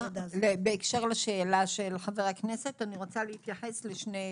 בהקשר לשאלה של חבר הכנסת אני רוצה להתייחס לשתי סוגיות.